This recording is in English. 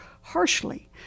harshly